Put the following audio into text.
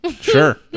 sure